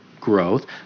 Growth